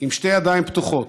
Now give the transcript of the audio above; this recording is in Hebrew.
עם שתי ידיים פתוחות.